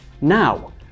Now